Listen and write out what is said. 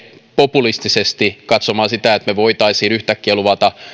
populistisesti katsomaan sitä että me voisimme yhtäkkiä luvata